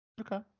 Okay